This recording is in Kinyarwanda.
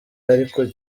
ariko